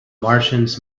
martians